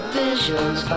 visions